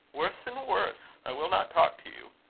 worse and worse! i will not talk to you.